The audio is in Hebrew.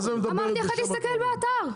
אמרתי לך להסתכל באתר.